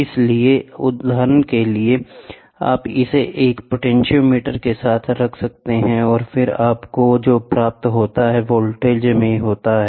इसलिए उदाहरण के लिए आप इसे एक पोटेंशियोमीटर के साथ रख सकते हैं और फिर आपको जो प्राप्त होता है वह वोल्टेज में होता है